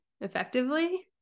effectively